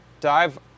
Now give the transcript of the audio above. dive